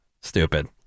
Stupid